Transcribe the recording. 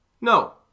No